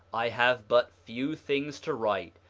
i have but few things to write,